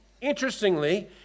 interestingly